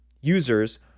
users